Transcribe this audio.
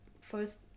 first